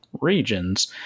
regions